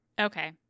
Okay